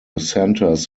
centers